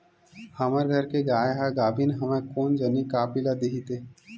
हमर घर के गाय ह गाभिन हवय कोन जनी का पिला दिही ते